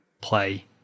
play